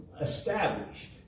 established